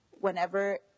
whenever